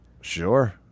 Sure